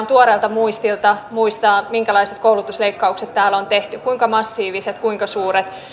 tuoreelta muistilta muistaa minkälaiset koulutusleikkaukset täällä on tehty kuinka massiiviset kuinka suuret